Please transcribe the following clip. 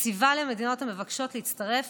מציבה למדינות המבקשות להצטרף